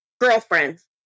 girlfriends